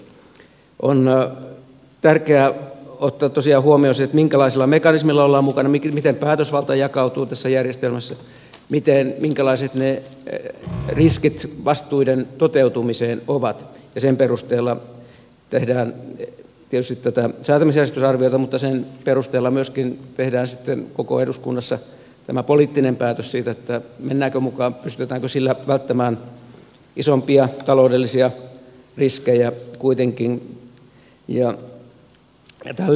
on tärkeää ottaa tosiaan huomioon se minkälaisella mekanismilla ollaan mukana miten päätösvalta jakautuu tässä järjestelmässä minkälaiset ne riskit vastuiden toteutumiseen ovat ja sen perusteella tehdään tietysti tätä säätämisjärjestysarviota mutta sen perusteella myöskin tehdään sitten koko eduskunnassa tämä poliittinen päätös siitä mennäänkö mukaan pystytäänkö sillä välttämään isompia taloudellisia riskejä kuitenkin